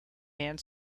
and